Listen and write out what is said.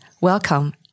welcome